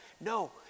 No